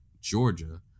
Georgia